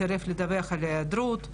סירב לדווח על היעדרות,